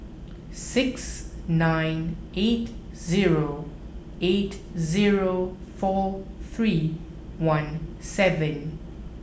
six nine eight zero eight zero four three one seven